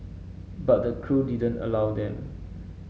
but the crew didn't allow them